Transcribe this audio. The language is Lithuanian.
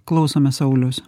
klausome sauliaus